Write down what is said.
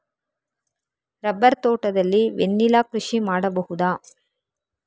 Rubber ತೋಟದಲ್ಲಿ vanilla ಕೃಷಿ ಮಾಡಬಹುದಾ?